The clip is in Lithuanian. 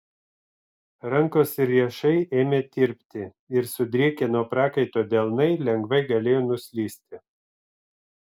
rankos ir riešai ėmė tirpti ir sudrėkę nuo prakaito delnai lengvai galėjo nuslysti